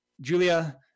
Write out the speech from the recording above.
Julia